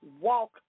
walk